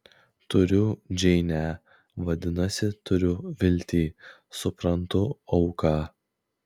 turiu džeinę vadinasi turiu viltį suprantu auką